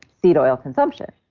seed oil consumption.